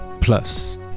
plus